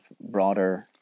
broader